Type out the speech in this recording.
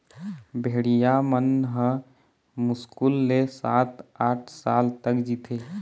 भेड़िया मन ह मुस्कुल ले सात, आठ साल तक जीथे